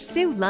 Sue